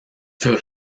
furent